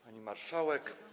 Pani Marszałek!